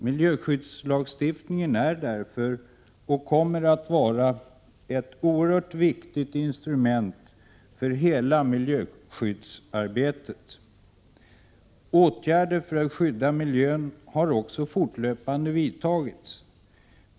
Miljöskyddslagstiftningen är därför och kommer att vara ett oerhört viktigt instrument för hela miljövårdsarbetet. Åtgärder för att skydda miljön har också fortlöpande vidtagits.